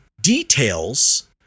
details